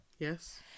Yes